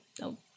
no